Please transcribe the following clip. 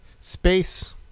space